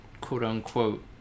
quote-unquote